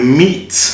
meat